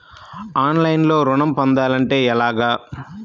ఆన్లైన్లో ఋణం పొందాలంటే ఎలాగా?